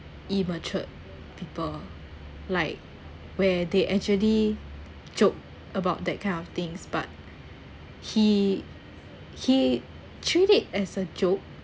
immature people like where they actually joke about that kind of things but he he treat it as a joke